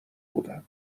بودم